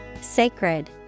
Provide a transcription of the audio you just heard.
Sacred